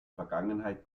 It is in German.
vergangenheit